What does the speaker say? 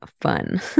fun